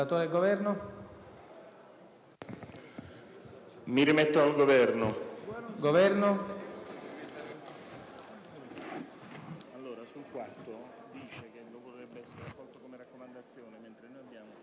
si rimette al Governo